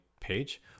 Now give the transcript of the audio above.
page